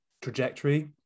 trajectory